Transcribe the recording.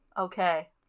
Okay